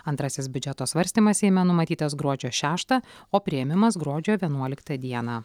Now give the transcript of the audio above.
antrasis biudžeto svarstymas seime numatytas gruodžio šeštą o priėmimas gruodžio vienuoliktą dieną